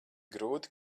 grūti